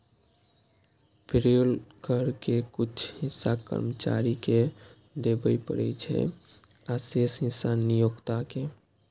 payroll कर के कुछ हिस्सा कर्मचारी कें देबय पड़ै छै, आ शेष हिस्सा नियोक्ता कें